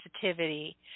sensitivity